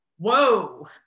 whoa